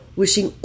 wishing